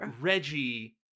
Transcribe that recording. Reggie